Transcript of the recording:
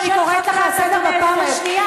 אני קוראת אותך לסדר פעם שנייה.